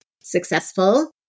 successful